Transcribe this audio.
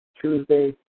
Tuesday